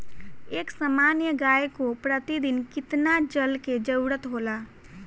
एक सामान्य गाय को प्रतिदिन कितना जल के जरुरत होला?